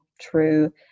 true